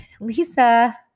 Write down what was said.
Lisa